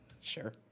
Sure